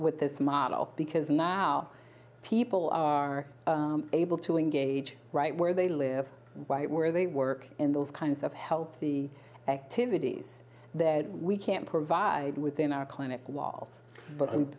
with this model because now people are able to engage right where they live where they work and those kinds of healthy activities that we can't provide within our clinic law but